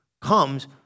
comes